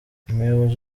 umuyobozi